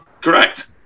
Correct